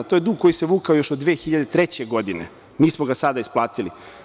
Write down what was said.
To je dug koji se vukao još od 2003. godine, mi smo ga sada isplatili.